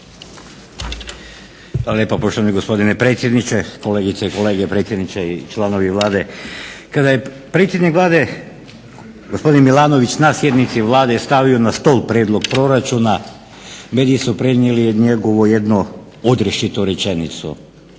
Hvala lijepa poštovani gospodine predsjedniče, kolegice i kolege predsjedniče i članovi Vlade. Kada je predsjednik Vlade gospodin Milanović na sjednici Vlade stavio na stol prijedlog proračuna meni su prenijeli njegovu jednu odrješitu rečenicu